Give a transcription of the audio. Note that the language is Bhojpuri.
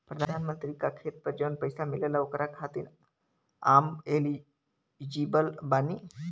प्रधानमंत्री का खेत पर जवन पैसा मिलेगा ओकरा खातिन आम एलिजिबल बानी?